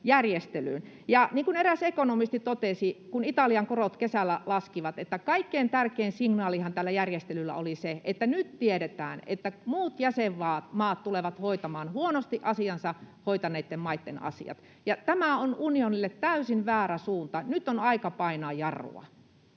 Ja niin kuin eräs ekonomisti totesi, kun Italian korot kesällä laskivat, kaikkein tärkein signaalihan tällä järjestelyllä oli se, että nyt tiedetään, että muut jäsenmaat tulevat hoitamaan huonosti asiansa hoitaneitten maitten asiat. Tämä on unionille täysin väärä suunta. Nyt on aika painaa jarrua.